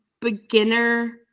beginner